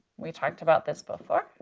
we talked about this before.